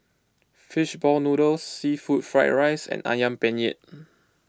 Fish Ball Noodles Seafood Fried Rice and Ayam Penyet